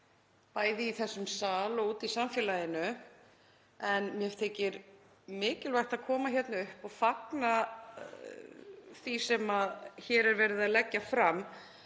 bæði í þessum sal og úti í samfélaginu, en mér þykir mikilvægt að koma hingað upp og fagna því sem hér er verið að leggja fram.